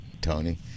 Tony